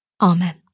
Amen